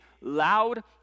loud